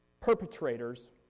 perpetrator's